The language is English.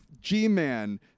G-Man